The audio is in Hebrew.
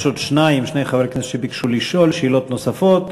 יש עוד שני חברי כנסת שביקשו לשאול שאלות נוספות.